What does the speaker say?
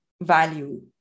value